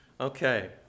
Okay